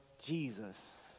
Jesus